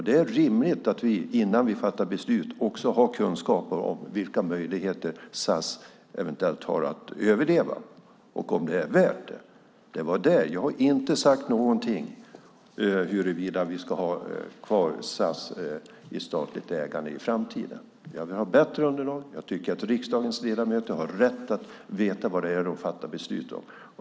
Det är rimligt att vi, innan vi fattar beslut, har kunskap om vilka möjligheter SAS eventuellt har att överleva och om det är värt det. Jag har inte sagt någonting om huruvida vi ska ha kvar SAS i statligt ägande i framtiden. Jag vill ha bättre underlag. Jag tycker att riksdagens ledamöter har rätt att få veta vad de fattar beslut om.